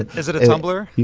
is it a tumblr? no.